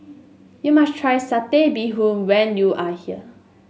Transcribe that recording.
you must try Satay Bee Hoon when you are here